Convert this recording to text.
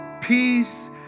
peace